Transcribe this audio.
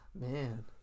Man